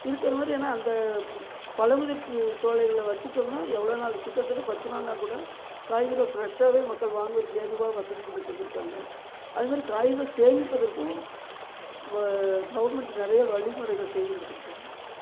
இருக்கிற மாதிரி ஏன்னால் அந்த பழமுதிர் சோலைகளில் வச்சுட்டம்னா எவ்வளோ நாள் கிட்டத்தட்ட பத்து நாள்னாக்கூட காய்கள் ஃபிரெஷ்ஷாகவே மக்கள் வாங்கிறதுக்கு ஏதுவாக வசதி பண்ணித் தந்துருக்காங்க அதுமாதிரி காய்கறிகள் சேமிப்பதற்கும் கவர்மெண்ட் நிறைய வழிமுறைகள் செய்து கொடுத்துருக்காங்க